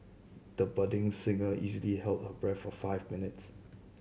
the budding singer easily held her breath for five minutes